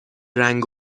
رنگ